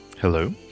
Hello